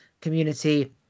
community